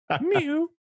Mew